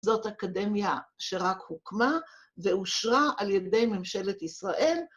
זאת אקדמיה שרק הוקמה ואושרה על ידי ממשלת ישראל.